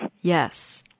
Yes